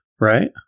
right